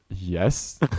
Yes